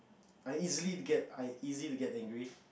I easily get I easily to get angry